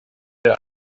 der